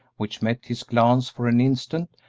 which met his glance for an instant,